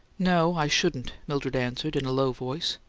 no, i shouldn't, mildred answered in a low voice,